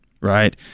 Right